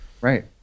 Right